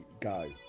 go